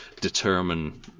determine